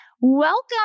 Welcome